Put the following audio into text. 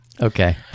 Okay